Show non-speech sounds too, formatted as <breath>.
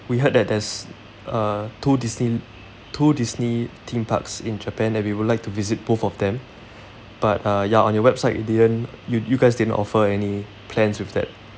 we heard that there's uh two disneyl~ two disney theme parks in japan and we would like to visit both of them <breath> but uh ya on your website you didn't you you guys didn't offer any plans with that